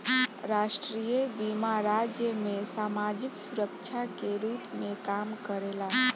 राष्ट्रीय बीमा राज्य में सामाजिक सुरक्षा के रूप में काम करेला